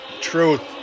Truth